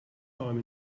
time